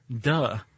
Duh